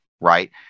right